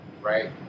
right